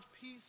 peace